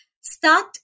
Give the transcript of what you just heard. Start